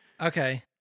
Okay